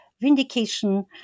vindication